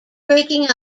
breaking